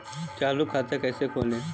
चालू खाता कैसे खोलें?